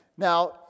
Now